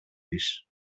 της